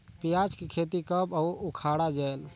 पियाज के खेती कब अउ उखाड़ा जायेल?